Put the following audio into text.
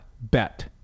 bet